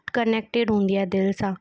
connected हूंदी आहे दिलि सां